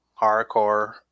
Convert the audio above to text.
hardcore